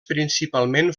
principalment